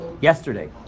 yesterday